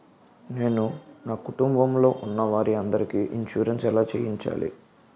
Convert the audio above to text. నేను నా కుటుంబం లొ ఉన్న వారి అందరికి ఇన్సురెన్స్ ఎలా చేయించాలి?